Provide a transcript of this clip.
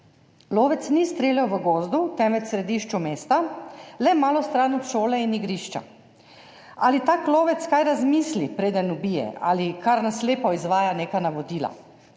Lovec ni streljal v gozdu, temveč v središču mesta, le malo stran od šole in igrišča. Ali tak lovec kaj razmisli, preden ubije, ali kar na slepo izvaja neka navodila